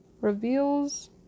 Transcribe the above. reveals